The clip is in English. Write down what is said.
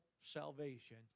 salvation